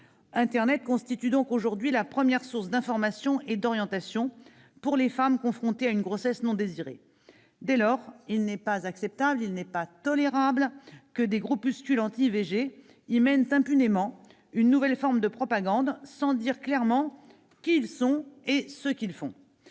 Internet constitue donc la première source d'information et d'orientation pour les femmes confrontées à une grossesse non désirée. Dès lors, il n'est pas acceptable, pas tolérable que des groupuscules anti-IVG y mènent impunément une nouvelle forme de propagande, sans dire clairement qui ils sont et ce qu'ils font.